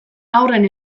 haurren